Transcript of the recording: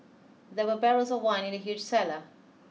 there were barrels of wine in the huge cellar